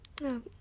No